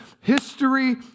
history